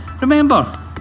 remember